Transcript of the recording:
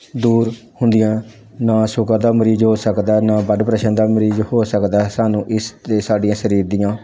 ਦੂਰ ਹੁੰਦੀਆਂ ਨਾ ਸ਼ੂਗਰ ਦਾ ਮਰੀਜ਼ ਹੋ ਸਕਦਾ ਨਾ ਬੱਡ ਪ੍ਰੈਸ਼ਨ ਦਾ ਮਰੀਜ਼ ਹੋ ਸਕਦਾ ਸਾਨੂੰ ਇਸ 'ਤੇ ਸਾਡੀਆਂ ਸਰੀਰ ਦੀਆਂ